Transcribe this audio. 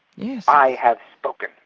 yeah i have spoken.